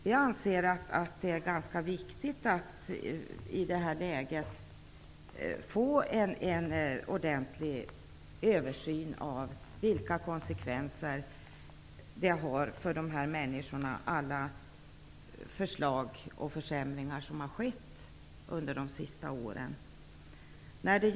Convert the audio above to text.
Vi anser att det är viktigt att få en ordentlig översyn av konsekvenserna för de här människorna av alla förslag och försämringar som har skett under de sista åren.